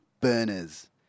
Burners